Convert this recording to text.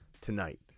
tonight